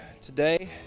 today